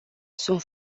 sunt